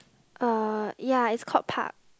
uh ya it's called park